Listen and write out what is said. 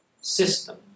system